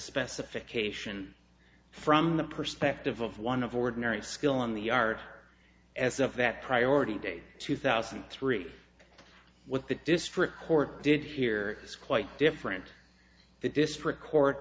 specification from the perspective of one of ordinary skill in the arts as a vet priority date two thousand and three with the district court did here is quite different the district court